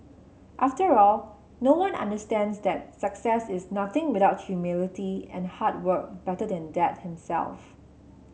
after all no one understands that success is nothing without humility and hard work better than Dad himself